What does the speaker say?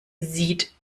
sieht